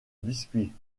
biscuit